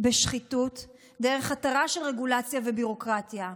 בשחיתות דרך התרה של רגולציה ושל ביורוקרטיה.